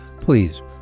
please